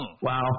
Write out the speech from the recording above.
Wow